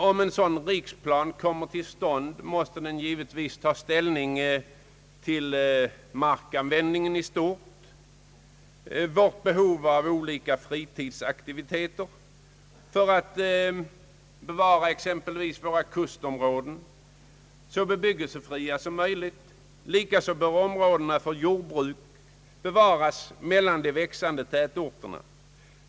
Om en sådan riksplan kommer till stånd måste den givetvis ta ställning till markanvändningen i stort, till vårt behov av olika fritidsaktiviteter och exempelvis söka bevara våra kustområden så bebyggelsefria som möjligt. Likaså bör områden för jordbruk bevaras mellan de växande tätorterna.